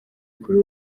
kuri